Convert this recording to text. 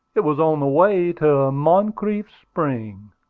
it was on the way to moncrief's spring.